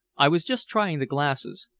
i was just trying the glasses.